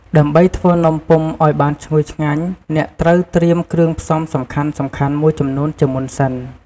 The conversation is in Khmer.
ដើម្បីធ្វើនំពុម្ពឱ្យបានឈ្ងុយឆ្ងាញ់ អ្នកត្រូវត្រៀមគ្រឿងផ្សំសំខាន់ៗមួយចំនួនជាមុនសិន។